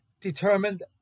determined